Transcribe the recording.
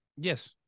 Yes